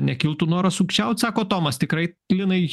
nekiltų noras sukčiaut sako tomas tikrai linai